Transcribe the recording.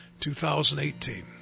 2018